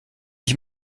ich